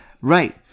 Right